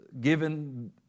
given